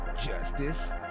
Justice